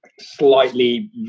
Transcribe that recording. slightly